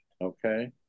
okay